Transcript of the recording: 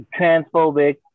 transphobic